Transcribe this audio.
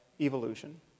evolution